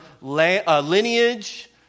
lineage